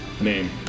name